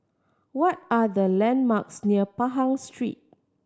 what are the landmarks near Pahang Street